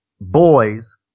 boys